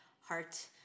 heart